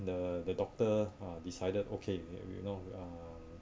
the the doctor uh decided okay we we know we uh